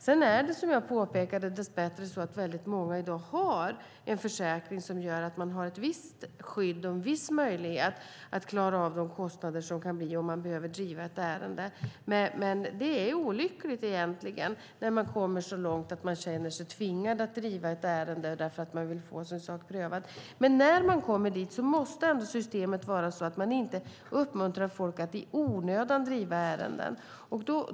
Sedan är det dess bättre så, vilket jag påpekade, att väldigt många i dag har en försäkring som gör att de har ett visst skydd och en viss möjlighet att klara av de kostnader som kan uppstå om de behöver driva ett ärende. Det är dock egentligen olyckligt när man kommer så långt att man känner sig tvingad att driva ett ärende för att man vill få sin sak prövad. När man kommer dit måste dock systemet vara så att det inte uppmuntrar folk att driva ärenden i onödan.